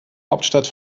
hauptstadt